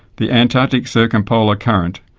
the antarctic circumpolar current,